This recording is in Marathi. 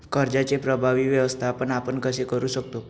कर्जाचे प्रभावी व्यवस्थापन आपण कसे करु शकतो?